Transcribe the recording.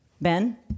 Ben